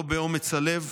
לא באומץ הלב,